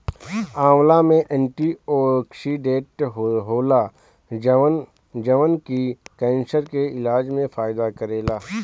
आंवला में एंटीओक्सिडेंट होला जवन की केंसर के इलाज में फायदा करेला